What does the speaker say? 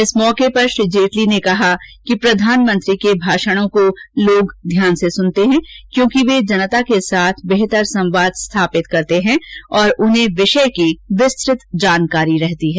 इस अवसर पर श्री जेटली ने कहा कि प्रधानमंत्री के भाषणों को लोग ध्यान से सुनते हैं क्योंकि वे जनता के साथ बेहतर संवाद स्थापित करते हैं और उन्हें विषय की विस्त्रत जानकारी रहती है